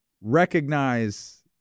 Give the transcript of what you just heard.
recognize